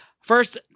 First